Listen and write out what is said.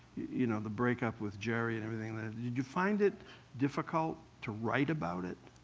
you know the breakup with gerry and everything. did you find it difficult to write about it?